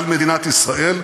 על מדינת ישראל,